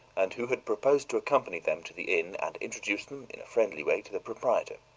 and who had proposed to accompany them to the inn and introduce them, in a friendly way, to the proprietor.